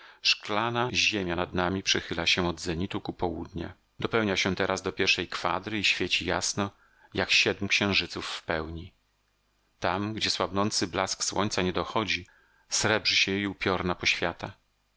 szklana ziemia nad nami przechyla się od zenitu ku południu dopełnia się teraz do pierwszej kwadry i świeci jasno jak siedm księżyców w pełni tam gdzie słabnący blask słońca nie dochodzi srebrzy się jej upiorna poświata